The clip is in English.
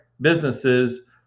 businesses